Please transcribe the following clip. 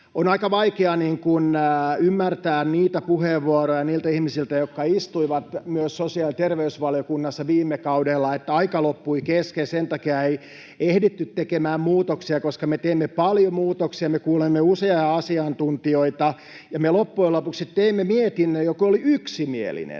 on aika vaikeaa ymmärtää niitä puheenvuoroja niiltä ihmisiltä, jotka myös istuivat sosiaali- ja terveysvaliokunnassa viime kaudella, että aika loppui kesken ja sen takia ei ehditty tekemään muutoksia. Me teimme paljon muutoksia, me kuulimme useita asiantuntijoita, ja me loppujen lopuksi teimme mietinnön, joka oli yksimielinen.